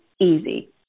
easy